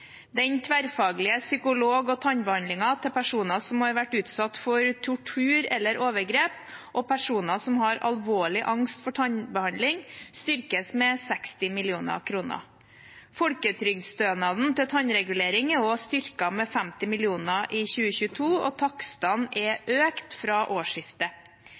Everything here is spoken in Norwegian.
Den tverrfaglige psykolog- og tannbehandlingen til personer som har vært utsatt for tortur eller overgrep, og personer som har alvorlig angst for tannbehandling, styrkes med 60 mill. kr. Folketrygdstønaden til tannregulering er også styrket med 50 mill. kr i 2022, og takstene er økt fra årsskiftet.